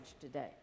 today